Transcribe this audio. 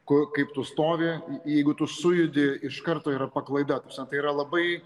ku kaip tu stovi jeigu tu sujudi iš karto yra paklaida tai yra labai